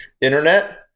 internet